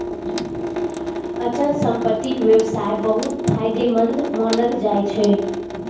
अचल संपत्तिक व्यवसाय बहुत फायदेमंद मानल जाइ छै